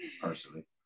personally